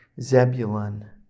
Zebulun